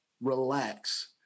relax